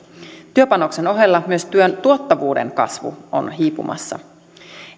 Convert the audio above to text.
työpanoksen ohella myös työn tuottavuuden kasvu on hiipumassa